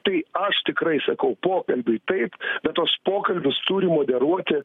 tai aš tikrai sakau pokalbiui taip bet tuos pokalbius turi moderuoti